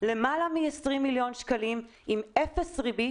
למעלה מ-20 מיליון שקלים עם אפס ריבית,